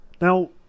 Now